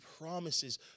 promises